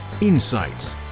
insights